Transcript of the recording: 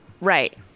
Right